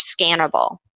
scannable